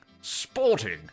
sporting